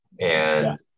And-